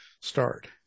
start